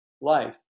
life